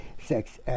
sex